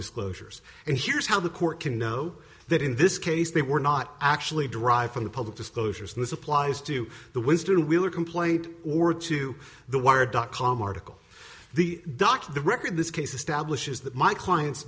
disclosures and here's how the court can know that in this case they were not actually derived from the public disclosures and this applies to the winston wheeler complaint or to the wired dot com article the doc the record this case establishes that my clients